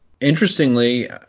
interestingly